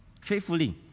faithfully